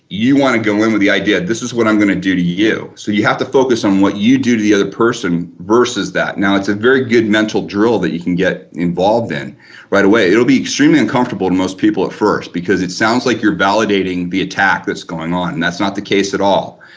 you want to go in with the idea this is what i'm going to do to you, so you have to focus on what you do to the other person versus that now it's a very good mental drill that you can get involved in right away. it will be extremely uncomfortable to and most people at first because it sounds like you're validating the attack that's going on, and that's not the case at all.